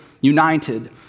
united